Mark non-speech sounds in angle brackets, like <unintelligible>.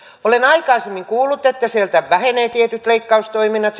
olen aikaisemmin kuullut että sieltä vähenevät tietyt leikkaustoiminnot <unintelligible>